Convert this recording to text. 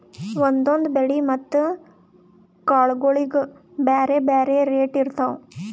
ಒಂದೊಂದ್ ಬೆಳಿ ಮತ್ತ್ ಕಾಳ್ಗೋಳಿಗ್ ಬ್ಯಾರೆ ಬ್ಯಾರೆ ರೇಟ್ ಇರ್ತವ್